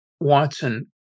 Watson